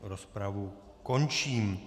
Rozpravu končím.